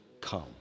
come